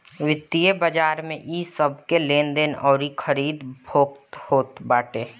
वित्तीय बाजार में इ सबके लेनदेन अउरी खरीद फोक्त होत बाटे